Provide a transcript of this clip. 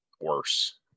worse